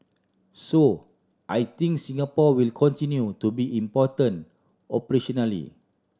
so I think Singapore will continue to be important operationally